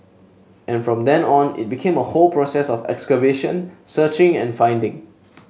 and from then on it became a whole process of excavation searching and finding